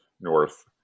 north